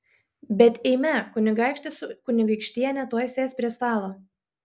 bet eime kunigaikštis su kunigaikštiene tuoj sės prie stalo